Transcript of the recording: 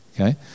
okay